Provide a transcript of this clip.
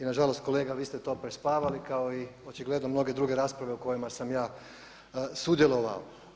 I nažalost kolega vi ste to prespavali kao i očigledno mnoge druge rasprave u kojima sam ja sudjelovao.